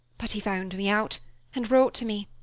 but he found me out and wrote to me.